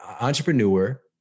entrepreneur